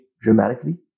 dramatically